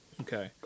Okay